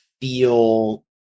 feel